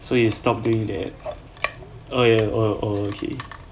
so you stop doing that oh ya oh oh okay